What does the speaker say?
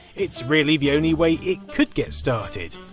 it's really the only way it could get started.